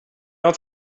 not